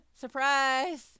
Surprise